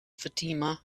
fatima